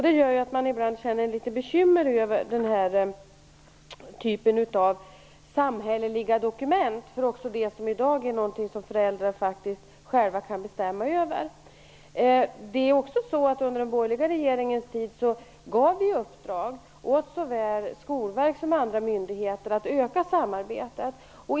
Det gör att man ibland bekymrar sig litet över den här typen av samhälleliga dokument som rör sånt som föräldrar i dag kan bestämma över själva. Under den borgerliga regeringens tid gav vi i uppdrag åt såväl Skolverket och som andra myndigheter att öka samarbetet.